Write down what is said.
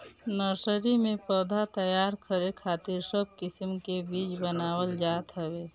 nursery में पौधा तैयार करे खातिर सब किस्म के बीज बनावल जात हवे